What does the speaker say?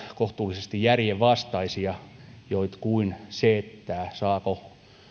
kohtuullisesti järjenvastaisia niin kuin se saako